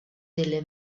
delle